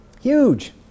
Huge